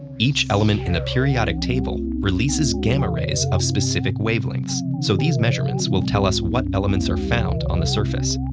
each element in the periodic table releases gamma rays of specific wavelengths, so these measurements will tell us what elements are found on the surface.